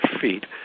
feet